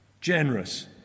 generous